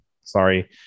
Sorry